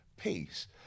peace